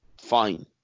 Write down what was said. Fine